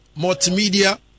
multimedia